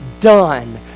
done